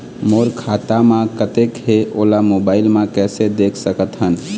मोर खाता म कतेक हे ओला मोबाइल म कइसे देख सकत हन?